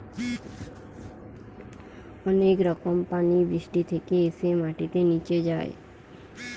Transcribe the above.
অনেক রকম পানি বৃষ্টি থেকে এসে মাটিতে নিচে যায়